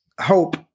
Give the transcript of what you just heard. hope –